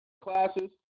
classes